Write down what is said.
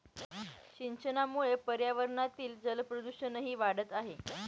सिंचनामुळे पर्यावरणातील जलप्रदूषणही वाढत आहे